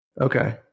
Okay